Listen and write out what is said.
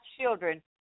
children